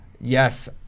Yes